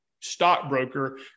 stockbroker